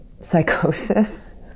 psychosis